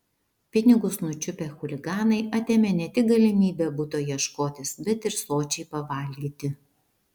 pinigus nučiupę chuliganai atėmė ne tik galimybę buto ieškotis bet ir sočiai pavalgyti